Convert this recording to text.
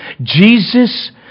Jesus